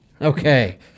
Okay